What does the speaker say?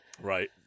right